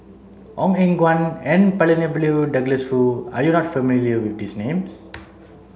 Ong Eng Guan N Palanivelu and Douglas Foo are you not familiar with these names